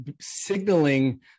signaling